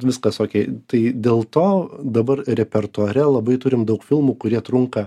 viskas okei tai dėl to dabar repertuare labai turim daug filmų kurie trunka